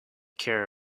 care